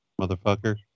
motherfucker